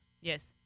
Yes